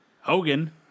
Hogan